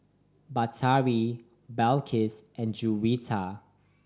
Batari Balqis and Juwita